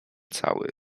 cały